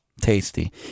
Tasty